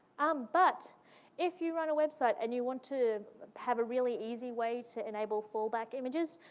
um but if you run a website, and you want to have a really easy way to enable fallback images,